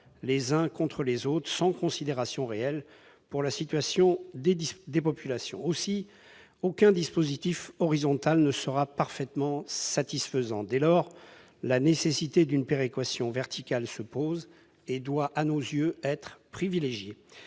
les uns contre les autres, sans considération réelle pour la situation des populations. Aucun dispositif horizontal ne sera parfaitement satisfaisant. Dès lors, la nécessité d'une péréquation verticale se pose. Cette solution doit, à nos yeux, être privilégiée.